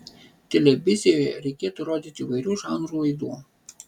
televizijoje reikėtų rodyti įvairių žanrų laidų